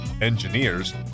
engineers